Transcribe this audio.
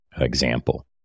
example